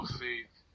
faith